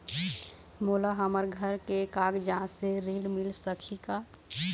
मोला हमर घर के कागजात से ऋण मिल सकही का?